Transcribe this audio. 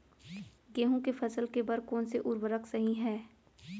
गेहूँ के फसल के बर कोन से उर्वरक सही है?